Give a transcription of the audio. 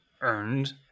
earned